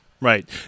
right